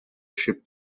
ship